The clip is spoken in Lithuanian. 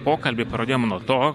pokalbį pradėjom nuo to